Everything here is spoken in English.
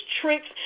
tricks